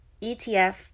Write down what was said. ETF